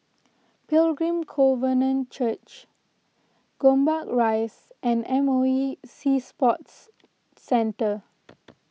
Pilgrim Covenant Church Gombak Rise and M O E Sea Sports Centre